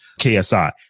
KSI